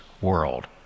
world